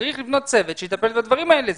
צריך לבנות צוות שיטפל בדברים האלה.